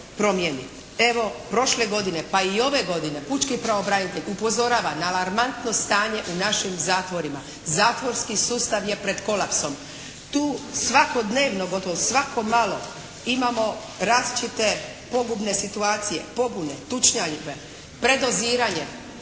Evo prošle godine pa i ove godine, pučki pravobranitelj upozorava na alarmantno stanje u našim zatvorima, zatvorski sustav je pred kolapsom. Tu svakodnevno, gotovo svako malo imamo različite pogubne situacije, pobune, tučnjave, predoziranje,